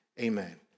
Amen